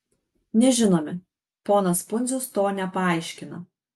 nežinome ponas pundzius to nepaaiškina